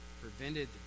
prevented